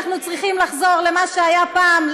אנחנו צריכים לחזור למה שהיה פעם,